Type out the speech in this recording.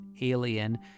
Alien